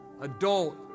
adult